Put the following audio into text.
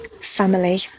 Family